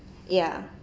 ya